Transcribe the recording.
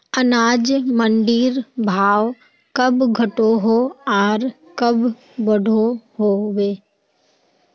अनाज मंडीर भाव कब घटोहो आर कब बढ़ो होबे?